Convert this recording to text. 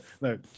no